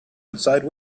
outside